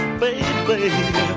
baby